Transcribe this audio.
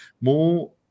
more